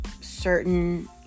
certain